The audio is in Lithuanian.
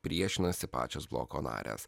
priešinasi pačios bloko narės